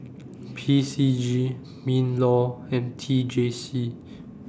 P C G MINLAW and T J C